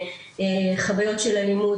חוויות של אלימות,